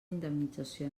indemnització